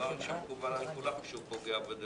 דבר שמקובל על כולם שהוא פוגע בדמוקרטיה.